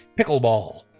pickleball